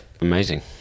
amazing